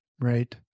Right